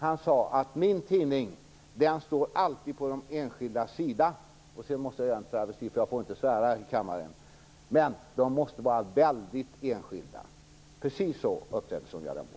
Han sade: Min tidning står alltid på de enskildas sida - sedan måste jag göra en travesti, för jag får inte svära i kammaren - men de måste vara väldigt enskilda. Precis så uppträder Sonja Rembo.